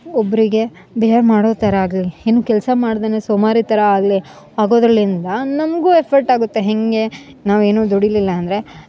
ಒಬ್ಬರಿಗೆ ಬಿಹೇವ್ ಮಾಡೋಥರ ಆಗಲಿ ಇನ್ನ ಕೆಲಸ ಮಾಡ್ದೆನೆ ಸೋಮಾರಿ ಥರ ಆಗಲಿ ಆಗೋದ್ರಲಿಂದ ನಮಗೂ ಎಫರ್ಟ್ ಆಗುತ್ತೆ ಹೇಗೆ ನಾವು ಏನು ದುಡಿಲಿಲ್ಲ ಅಂದರೆ